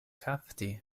kapti